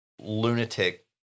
lunatic